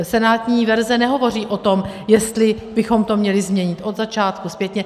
Senátní verze nehovoří o tom, jestli bychom to měli změnit od začátku zpětně.